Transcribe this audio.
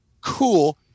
Cool